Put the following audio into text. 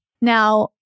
Now